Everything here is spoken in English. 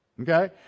Okay